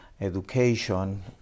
education